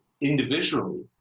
Individually